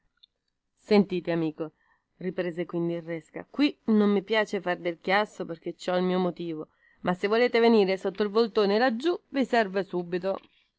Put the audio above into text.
sentite amico riprese quindi il resca qui non mi piace far del chiasso perchè ci sta la mia innamorata ma se volete venire sotto il voltone laggiù vi servo subito